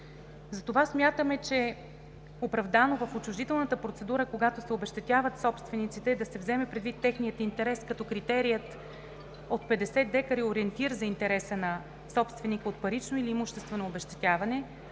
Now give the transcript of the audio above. Затова смятаме, че е оправдано в отчуждителната процедура, когато се обезщетяват собствениците, да се вземе предвид техният интерес като критерият от 50 декара е ориентир за интереса на собственика от парично или имуществено обезщетяване,